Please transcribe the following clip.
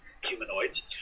humanoids